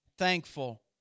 Thankful